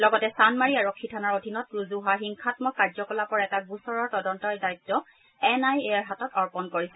লগতে চানমাৰি আৰক্ষী থানাত ৰুজু হোৱা হিংসামক কাৰ্যকলাপৰ এটা গোচৰৰ তদন্তৰ দায়িত্ব এন আই এৰ হাতত অৰ্পন কৰিছে